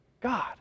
God